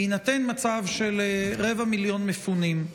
בהינתן מצב של רבע מיליון מפונים,